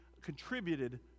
contributed